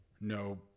no